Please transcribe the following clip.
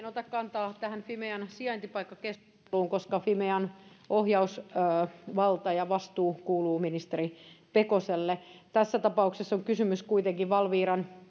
ota kantaa tähän fimean sijaintipaikkakeskusteluun koska fimean ohjausvalta ja vastuu kuuluu ministeri pekoselle tässä tapauksessa on kysymys kuitenkin valviran